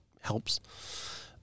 helps